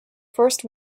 first